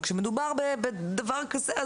וכשמדובר בדבר הזה,